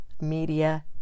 media